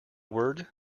word